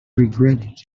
regretted